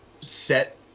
set